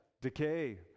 decay